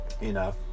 Enough